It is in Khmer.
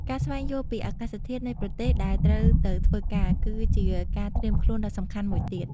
ការស្វែងយល់ពីអាកាសធាតុនៃប្រទេសដែលត្រូវទៅធ្វើការ គឺជាការត្រៀមខ្លួនដ៏សំខាន់មួយទៀត។